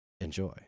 enjoy